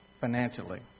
financially